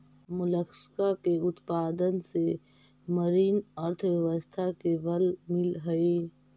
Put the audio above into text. Mollusca के उत्पादन से मरीन अर्थव्यवस्था के बल मिलऽ हई